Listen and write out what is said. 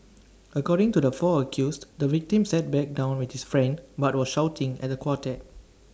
according to the four accused the victim sat back down with his friend but was shouting at the quartet